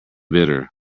bitter